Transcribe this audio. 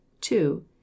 two